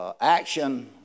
action